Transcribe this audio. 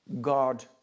God